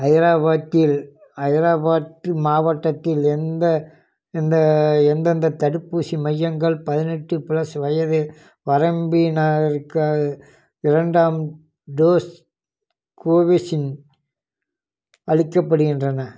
ஹைதராபாத்தில் ஹைதராபாத் மாவட்டத்தில் எந்த எந்த எந்தெந்த தடுப்பூசி மையங்கள் பதினெட்டு ப்ளஸ் வயது வரம்பினருக்கு இரண்டாம் டோஸ் கோவேசின் அளிக்கப்படுகின்றன